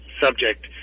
subject